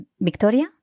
Victoria